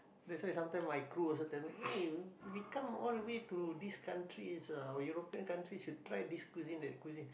that's why sometime my crew also tell me eh we come all the way to these countries uh European countries you try this cuisine that cuisine